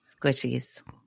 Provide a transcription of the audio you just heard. Squishies